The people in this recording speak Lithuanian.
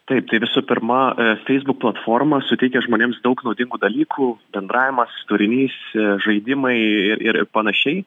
taip tai visų pirma facebook platforma suteikia žmonėms daug naudingų dalykų bendravimas turinys žaidimai ir ir panašiai